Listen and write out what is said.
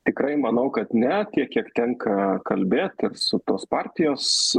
tikrai manau kad ne tiek kiek tenka kalbėt ir su tos partijos